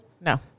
No